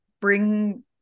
bring